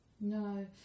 No